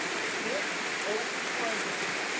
the if open parentheses,